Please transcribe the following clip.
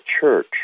church